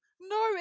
No